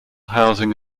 housing